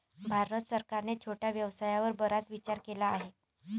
भारत सरकारने छोट्या व्यवसायावर बराच विचार केला आहे